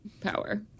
power